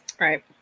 Right